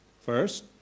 First